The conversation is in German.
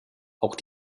auch